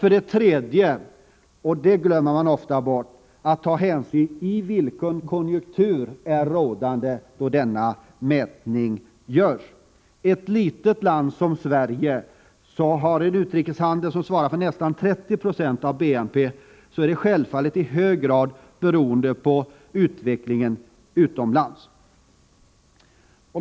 För det tredje — och det glömmer man ofta bort — måste man ta hänsyn till vilken konjunktur som råder då mätningen görs. Ett litet land som Sverige, med en utrikeshandel som svarar för nästan 30 26 av BNP, är självfallet i hög grad beroende av utvecklingen utomlands.